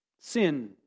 Sin